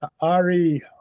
Ari